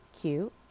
cute